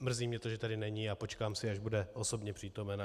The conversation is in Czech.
Mrzí mě to, že tady není, a počkám si, až bude osobně přítomen.